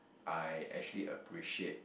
I actually appreciate